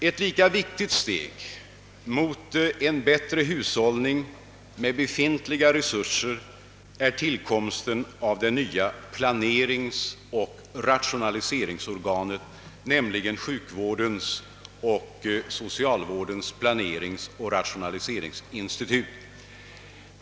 Ett lika viktigt steg mot en bättre hushållning med befintliga resurser är tillkomsten av det nya planeringsoch rationaliseringsorganet, d. v. s. sjukvårdens och socialvårdens planeringsoch rationaliseringsinstitut.